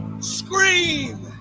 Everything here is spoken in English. Scream